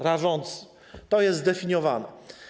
Rażący - to jest zdefiniowane.